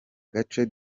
gace